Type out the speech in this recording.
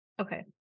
okay